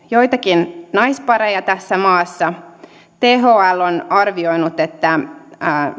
joitakin naispareja tässä maassa thl on arvioinut että